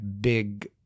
big